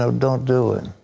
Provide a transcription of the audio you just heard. so don't do it.